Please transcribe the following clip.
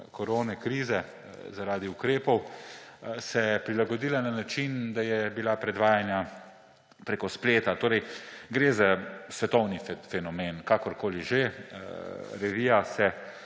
koronakrize zaradi ukrepov prilagodila na način, da je bila predvajana preko spleta. Gre za svetovni fenomen, kakorkoli že, revija